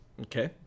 Okay